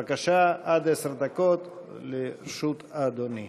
בבקשה, עד עשר דקות לרשותך, אדוני.